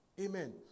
Amen